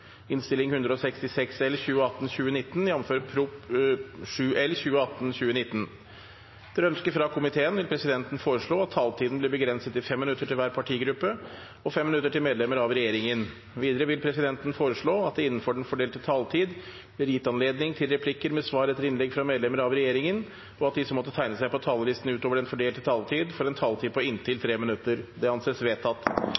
vil presidenten foreslå at taletiden blir begrenset til 5 minutter til hver partigruppe og 5 minutter til medlemmer av regjeringen. Videre vil presidenten foreslå at det – innenfor den fordelte taletid – blir gitt anledning til replikker med svar etter innlegg fra medlemmer av regjeringen, og at de som måtte tegne seg på talerlisten utover den fordelte taletid, får en taletid på inntil